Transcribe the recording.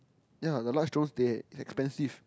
ya the large drones they expensive